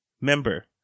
member